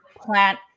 plant